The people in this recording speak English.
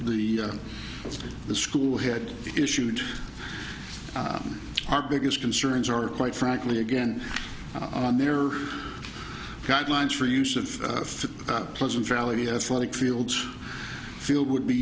the the school had issued our biggest concerns are quite frankly again on their guidelines for use of pleasant valley athletic fields field would be